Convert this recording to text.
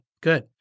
Good